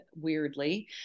weirdly